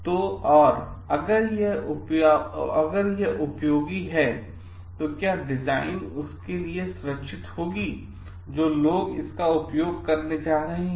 तो और अगर यह उपयोगी है तो क्या डिजाइन उनके लिए सुरक्षित होगा जो लोग इसका उपयोग करने जा रहे हैं